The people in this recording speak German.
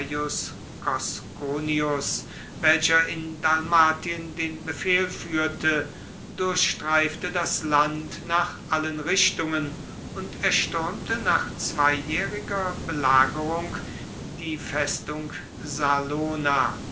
welcher in dalmatien den befehl führte durchstreifte das land nach allen richtungen und erstürmte nach zweijähriger belagerung die festung salona